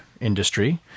industry